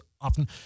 often